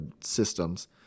systems